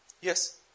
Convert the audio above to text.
Yes